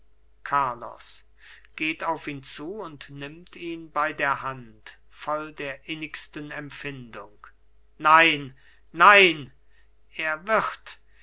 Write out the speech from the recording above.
carlos geht auf ihn zu und nimmt ihn bei der hand voll der innigsten empfindung nein nein er wird